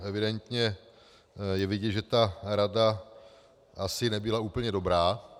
Evidentně je vidět, že ta rada asi nebyla úplně dobrá.